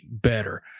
better